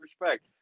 respect